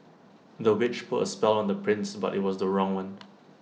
the witch put A spell on the prince but IT was the wrong one